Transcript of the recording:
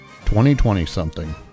2020-something